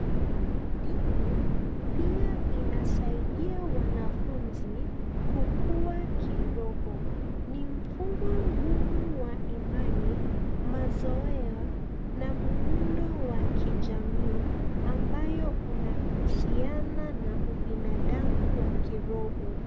Dini pia inasaidia wanafunzi kukua kiroho. Ni mfumo ngumu wa imani, mazoea na muundo wa kijamii ambayo unahusiana na ubinadamu wa kiroho.